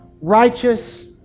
righteous